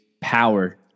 power